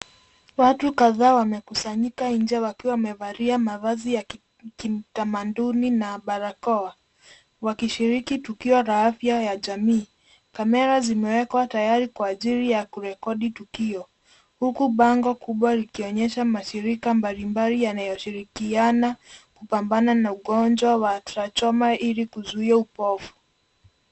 Watu kadhaa wamekusanyika nje wakiwa wamevalia mavazi ya kitamaduni na barakoa, wakishiriki tukio la afya ya jamii. Kamera zimewekwa tayari kwa ajili ya kurekodi tukio, huku bango kubwa likionyesha mashirika mbalimbali yanayoshirikiana kupambana na ugonjwa wa Trachoma ili kuzuia upovu.